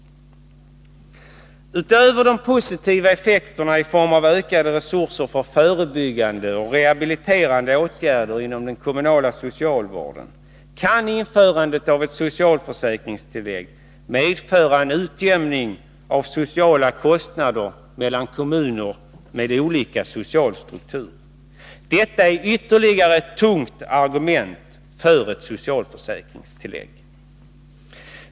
Utöver de positiva effekterna i form av ökade resurser för förebyggande och rehabiliterande åtgärder inom den kommunala socialvården kan införandet av ett socialförsäkringstillägg medföra en utjämning av sociala kostnader mellan kommuner med olika social struktur. Detta är ytterligare ett tungt argument för ett socialförsäkringstillägg.